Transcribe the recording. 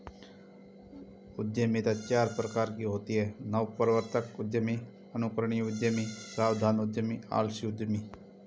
उद्यमिता चार प्रकार की होती है नवप्रवर्तक उद्यमी, अनुकरणीय उद्यमी, सावधान उद्यमी, आलसी उद्यमी